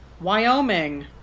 Wyoming